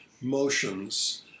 motions